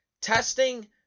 testing